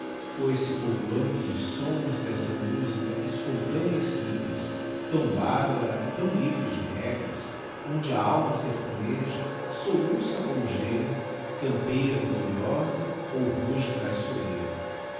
foi se povoando de sons dessa musica espontânea e simples tão barbara e tão livre de regras onde a alma sertaneja soluça ou geme campeia victoriosa ou ruge traiçoeira